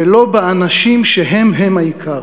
ולא באנשים, שהם הם העיקר.